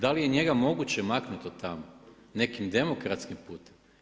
Da li je njega moguće maknuti od tamo, nekim demokratskim putem?